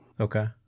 Okay